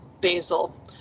basil